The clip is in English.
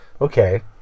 okay